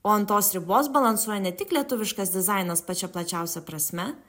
o ant tos ribos balansuoja ne tik lietuviškas dizainas pačia plačiausia prasme